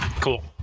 Cool